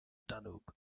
danube